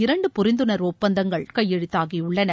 இரண்டு புரிந்துணர்வு ஒப்பந்தங்கள் கையெழுத்தாகியுள்ளன